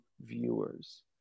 viewers